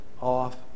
off